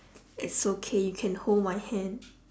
it's okay you can hold my hand